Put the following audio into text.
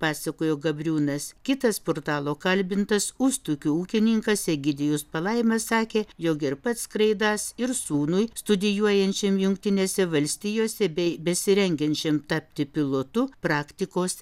pasakojo gabriūnas kitas portalo kalbintas ustukių ūkininkas egidijus palaima sakė jog ir pats skraidąs ir sūnui studijuojančiam jungtinėse valstijose bei besirengiančiam tapti pilotu praktikos